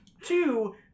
Two